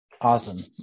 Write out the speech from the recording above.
awesome